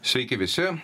sveiki visi